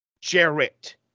Jarrett